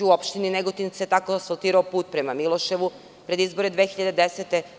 U opštini Negotin se tako asfaltirao put prema Miloševu pred izbore 2010. godine.